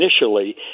initially